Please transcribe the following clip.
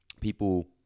people